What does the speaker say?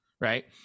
right